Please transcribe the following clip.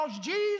Jesus